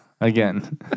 Again